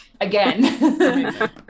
again